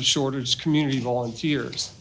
of shorter's community volunteers